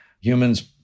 Humans